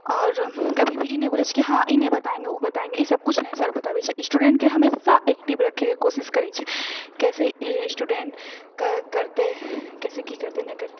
आओर कभी भी ई नहि बोलै छै कि हाँ ई नहि बताएँगे ओ नहि बताएँगे ई सभ किछु नहि सर बताबै छै स्टुडेन्टके हमेशा एक्टिव रखएके कोशिश करै छै कैसे स्टुडेन्टके करतै केसे कि करतै नहि करतै